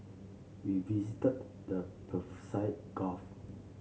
we visited the Persian Gulf